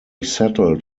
settled